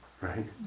right